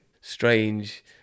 strange